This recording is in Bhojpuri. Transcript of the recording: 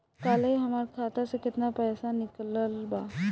काल्हे हमार खाता से केतना पैसा निकलल बा?